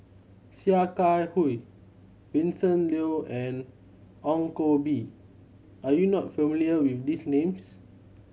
Sia Kah Hui Vincent Leow and Ong Koh Bee are you not familiar with these names